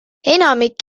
enamik